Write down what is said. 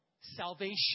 salvation